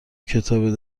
کتاب